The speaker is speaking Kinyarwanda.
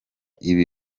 ibi